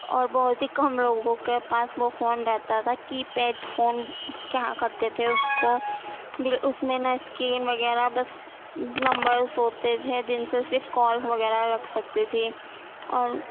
اور بہت ہی کم لوگوں کے پاس وہ فون رہتا تھا کی پیڈ فون کہا کرتے تھے اس کو بل اس میں نہ اسکرین وغیرہ بس نمبرس ہوتے تھے جن سے صرف کال وغیرہ لگ سکتی تھی اور